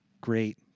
great